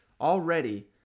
already